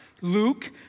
Luke